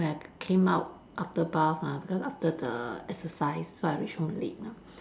when I came out after bath ah because after the exercise so I reach home late